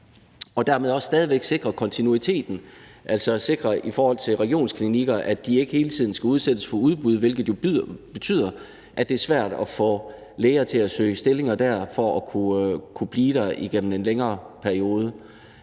Dermed sikrer vi også kontinuiteten, altså i forhold til at regionsklinikker ikke hele tiden skal udsættes for udbud, hvilket jo betyder, at det er svært at få læger til at søge stillinger der for at kunne blive der igennem en længere periode.